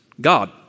God